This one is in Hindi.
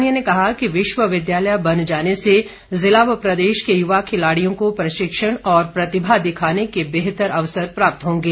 उन्होंने कहा कि विश्वविद्यालय बन जाने से जिला व प्रदेश के युवा खिलाड़ियों को प्रशिक्षण और प्रतिभा दिखाने के बेहतर अवसर प्राप्त होंगे